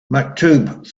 maktub